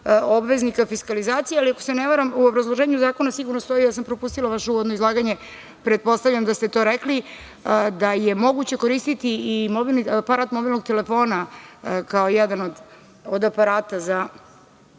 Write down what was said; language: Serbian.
obveznika fiskalizacije, ali ako se ne varam, u obrazloženju zakona sigurno stoji, ja sam propustila vaše uvodno izlaganje, pretpostavljam da ste to rekli, da je moguće koristiti i aparat mobilnog telefona kao jedan od aparata za